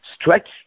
Stretch